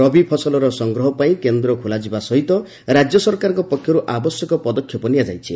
ରବି ଫସଲର ସଂଗ୍ରହ ପାଇଁ କେନ୍ଦ ଖୋଲାଯିବ ସହିତ ରାଜ୍ୟ ସରକାରଙ୍କ ପକ୍ଷରୁ ଆବଶ୍ୟକ ପଦକ୍ଷେପ ନିଆଯାଇଛି